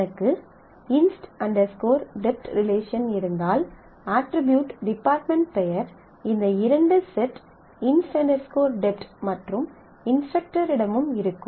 எனக்கு inst dept inst dept relation இருந்தால் attribute department பெயர் இந்த இரண்டு set inst dept inst dept மற்றும் இன்ஸ்டரக்டரிடமும் இருக்கும்